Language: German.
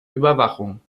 überwachung